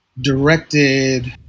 directed